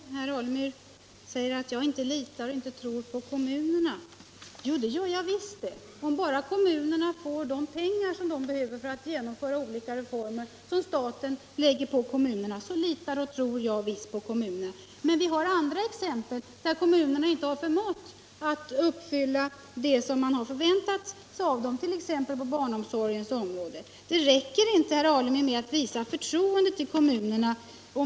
Herr talman! Herr Alemyr säger att jag inte litar och tror på kommunerna. Jo, det gör jag visst. Om bara kommunerna får de pengar de behöver för att genomföra olika reformer som staten lägger på dem, så litar och tror jag visst på kommunerna. Men vi har andra exempel där kommunerna inte har förmått att uppfylla det man förväntat sig av dem, t.ex. på barnomsorgens område. Det räcker inte, herr Alemyr, att visa förtroende för kommunerna.